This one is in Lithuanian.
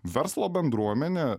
verslo bendruomenė